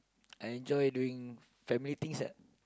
I enjoy doing family things ah